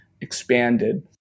expanded